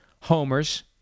homers